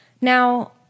Now